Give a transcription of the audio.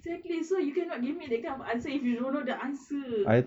exactly so you cannot give me that kind of answer if you don't know the answer